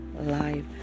life